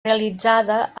realitzada